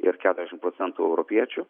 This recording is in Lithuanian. ir keturiasdešim procentų europiečių